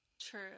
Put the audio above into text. True